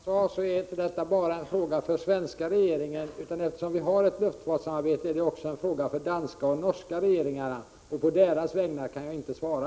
Herr talman! Som jag sade, är detta inte bara en fråga för det. svenska regeringen. Eftersom vi har ett luftfartssamarbete är det också en fråga för de danska och norska regeringarna, och på deras vägnar kan jag inte svara.